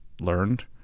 learned